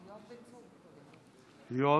לא.